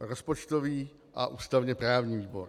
rozpočtový a ústavněprávní výbor.